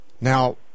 Now